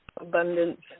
abundance